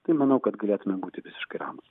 tai manau kad galėtumėm būti visiškai ramūs